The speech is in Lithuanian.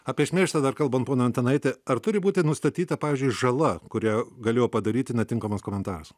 apie šmeižtą dar kalbant pone antanaiti ar turi būti nustatyta pavyzdžiui žala kurią galėjo padaryti netinkamas komentaras